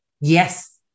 Yes